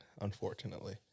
unfortunately